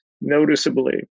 noticeably